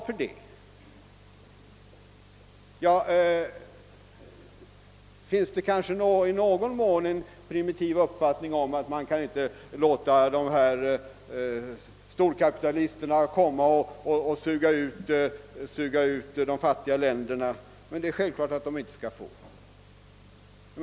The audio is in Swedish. Föreligger det kanske i någon mån en primitiv uppfattning om att man inte kan låta storkapitalisterna suga ut de fattiga länderna? Det är emellertid en självklarhet att de inte skall få göra detta.